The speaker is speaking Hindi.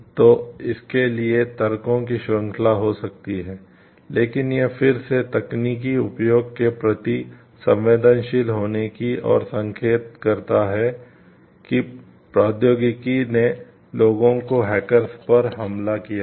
तो इसके लिए तर्कों की श्रृंखला हो सकती है लेकिन यह फिर से तकनीकी उपयोग के प्रति संवेदनशील होने की ओर संकेत करता है कि प्रौद्योगिकी ने लोगों को हैकर्स पर हमला किया है